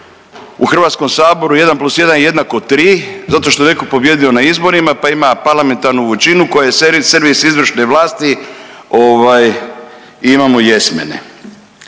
u HS-u jedan plus jedan jednako tri zato što je neko pobijedio na izborima pa ima parlamentarnu većinu koja je servis, servis izvršne vlasti i imamo yes mane.